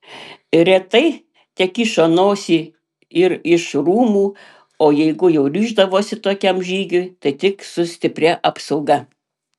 retai tekišo nosį ir iš rūmų o jeigu jau ryždavosi tokiam žygiui tai tik su stipria apsauga